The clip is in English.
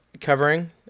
covering